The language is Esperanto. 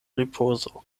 ripozo